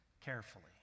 carefully